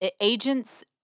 agents